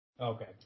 Okay